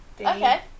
Okay